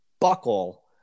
buckle